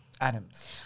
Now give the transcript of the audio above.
Adams